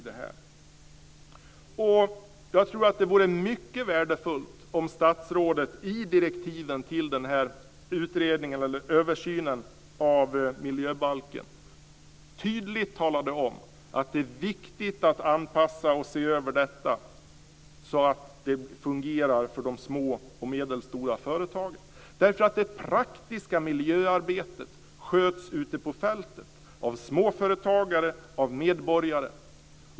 Det vore mycket värdefullt om statsrådet i direktiven till översynen av miljöbalken tydligt talade om att det är viktigt att anpassa och se över balken så att den fungerar för de små och medelstora företagen. Det praktiska miljöarbetet sköts ute på fältet av småföretagare, av medborgare.